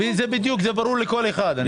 זה ברור לכל אחד.